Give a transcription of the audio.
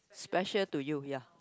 special to you ya